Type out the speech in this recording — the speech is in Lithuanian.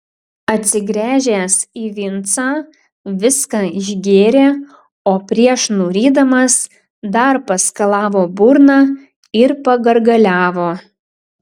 atsigręžęs į vincą viską išgėrė o prieš nurydamas dar paskalavo burną ir pagargaliavo